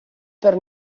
per